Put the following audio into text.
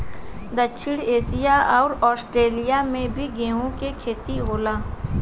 दक्षिण एशिया अउर आस्ट्रेलिया में भी गेंहू के खेती होला